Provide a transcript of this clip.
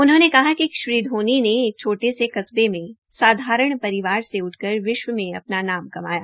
उन्होंने कहा कि श्री धोनी ने एक छोटे से कस्बे में साधारण परिवार से उठकर विश्व में अपना नाम कमाया